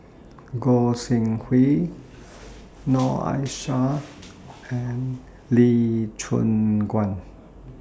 Goi Seng Hui Noor Aishah and Lee Choon Guan